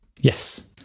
Yes